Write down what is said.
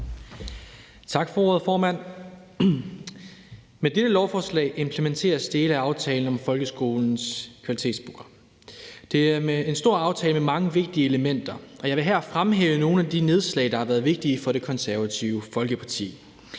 Tak for ordet, formand. Med dette lovforslag implementeres dele af aftalen om folkeskolens kvalitetsprogram. Det er en stor aftale med mange vigtige elementer, og jeg vil her fremhæve nogle af de nedslag, der har været vigtige for Det Konservative Folkeparti.